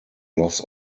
loss